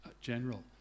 general